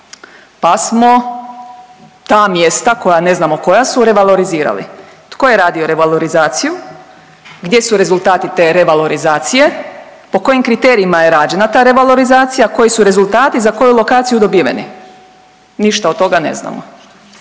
pa smo ta mjesta koja ne znamo koja su revalorizirali. Tko je radio revalorizaciju? Gdje su rezultati te revalorizacije? Po kojim kriterijima je rađena ta revalorizacija? Koji su rezultati za koju lokaciju dobiveni? Ništa od toga ne znamo.